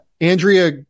Andrea